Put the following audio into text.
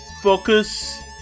focus